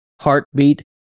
heartbeat